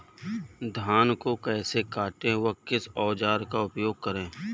धान को कैसे काटे व किस औजार का उपयोग करें?